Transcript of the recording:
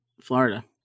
Florida